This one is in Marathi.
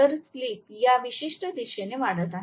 तर स्लिप या विशिष्ट दिशेने वाढत आहे